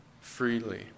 freely